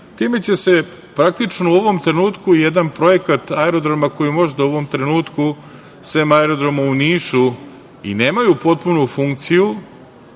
time će se praktično u ovom trenutku jedan projekat aerodroma koji možda u ovom trenutku, sem aerodroma u Nišu, i nemaju potpunu funkciju,